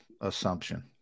assumption